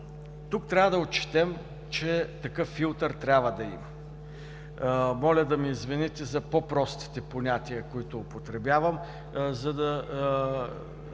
Тук трябва да отчетем, че такъв филтър трябва да има. Моля да ме извините за по-простите понятия, които употребявам – не